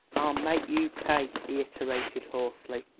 i'll myke you pye! he iterated hoarsely,